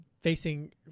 facing